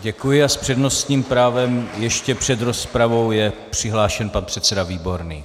Děkuji a s přednostním právem ještě před rozpravou je přihlášen pan předseda Výborný.